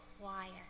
quiet